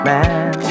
Man